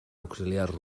auxiliars